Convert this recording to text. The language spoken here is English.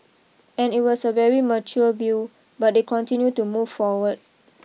and it was a very mature view but they continue to move forward